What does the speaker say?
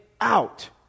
out